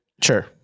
Sure